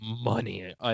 money